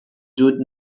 جود